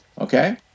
okay